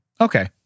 Okay